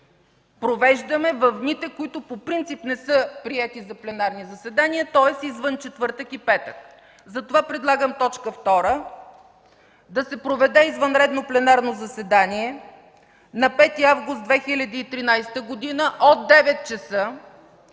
провеждаме в дните, които по принцип не са приети за пленарни заседания, тоест извън четвъртък и петък. Затова предлагам т. 2: „2. Да се проведе извънредно пленарно заседание на 5 август 2013 г. от 9,00